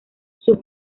sus